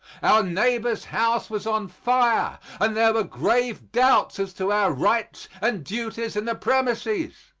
our neighbor's house was on fire, and there were grave doubts as to our rights and duties in the premises.